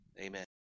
Amen